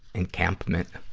encampment